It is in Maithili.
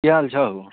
की हाल छऽ हौ